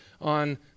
on